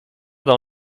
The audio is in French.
dans